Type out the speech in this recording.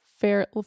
fair